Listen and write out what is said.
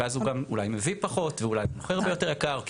ואז הוא גם אולי מביא פחות ואולי מוכר ביותר יקר,